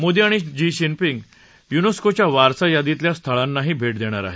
मोदी आणि जिनपींग युनेस्कोच्या वारसा यादीतल्या स्थळांनाही भेटी देणार आहेत